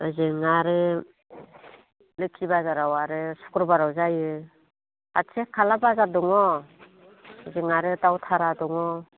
ओजों आरो लोक्षि बाजाराव आरो शुक्रुबाराव जायो खाथि खाला बाजार दङ ओजों आरो दावथारा दङ